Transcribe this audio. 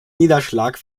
niederschlag